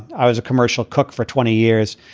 i was a commercial cook for twenty years.